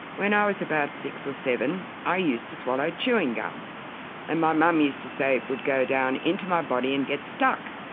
when i was about six or seven, i used to swallow chewing gum and my mum used to say it would go down into my body and get stuck.